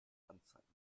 anzeigen